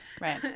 right